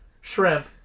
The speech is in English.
shrimp